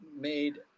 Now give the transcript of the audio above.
made